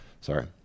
Sorry